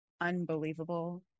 unbelievable